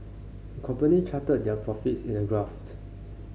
company charted their profits in a graph